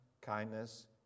kindness